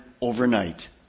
overnight